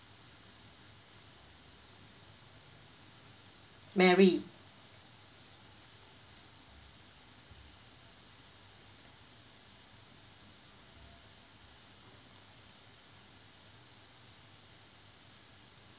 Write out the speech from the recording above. mary